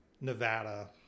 Nevada